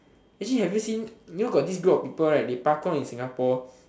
actually have you seen you know got this group of people right they parkour in Singapore